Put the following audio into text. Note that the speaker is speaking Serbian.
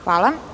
Hvala.